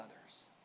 others